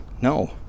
No